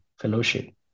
Fellowship